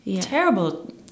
terrible